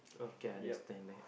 okay I understand that